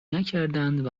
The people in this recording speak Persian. نکردند